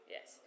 Yes